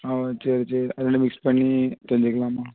ஆ சரி சரி அதில் மிக்ஸ் பண்ணி செஞ்சுக்கலாமா